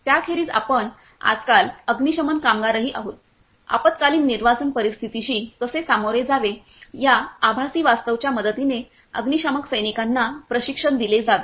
त्याखेरीज आपण आजकाल अग्निशमन कामगारही आहोत आपत्कालीन निर्वासन परिस्थितीशी कसे सामोरे जावे या आभासी वास्तवाच्या मदतीने अग्निशामक सैनिकांना प्रशिक्षण दिले जाते